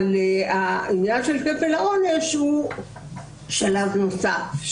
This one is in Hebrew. העניין של כפל העונש הוא שלב נוסף.